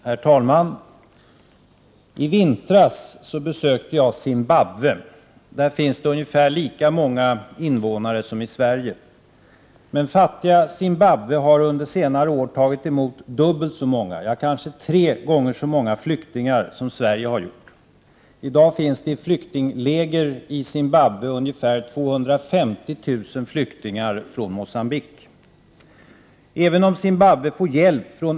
Herr talman! I vintras besökte jag Zimbabwe. Där finns ungefär lika många invånare som i Sverige. Men fattiga Zimbabwe har under senare år tagit emot dubbelt så många flyktingar, kanske tre gånger så många flyktingar, som Sverige. I dag finns det i flyktingläger i Zimbabwe ca 250 000 flyktingar från Mogambique. Även om Zimbabwe får hjälp av FN:s Prot.